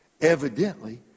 Evidently